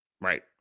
Right